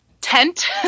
tent